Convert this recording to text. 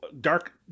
dark